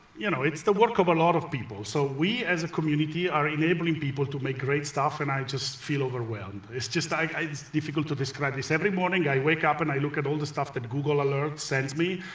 you know it's the work of a lot of people, so we as a community are enabling people to make great stuff, and i just feel overwhelmed. it's just, it's difficult to describe this. every morning, i wake up and i look at all the stuff that google alerts sends me,